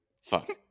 Fuck